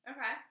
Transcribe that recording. Okay